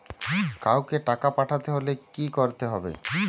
কাওকে টাকা পাঠাতে হলে কি করতে হবে?